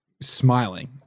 smiling